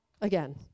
again